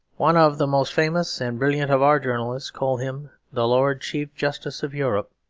one of the most famous and brilliant of our journalists called him the lord chief justice of europe.